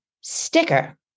sticker